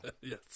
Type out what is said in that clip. Yes